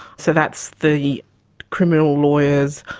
so that's the criminal lawyers,